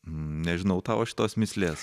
nežinau tavo šitos mįslės